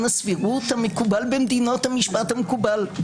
הסבירות המקובל במדינות המשפט המקובל.